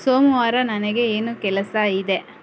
ಸೋಮವಾರ ನನಗೆ ಏನು ಕೆಲಸ ಇದೆ